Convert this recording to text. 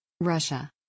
Russia